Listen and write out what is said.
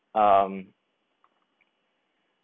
um